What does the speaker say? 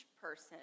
person